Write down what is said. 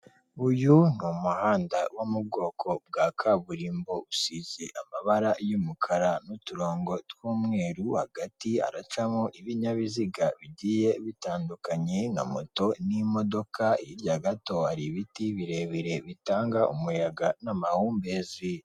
Uyu ni umuhanda wo mu bwoko bwa kaburimbo usize amabara y'umukara n'uturongo tw'umweru, hagati haracamo ibinyabiziga bigiye bitandukanye nka moto n'imodoka, hirya gato hari ibiti birebire bitanga umuyaga n'amahumbezi.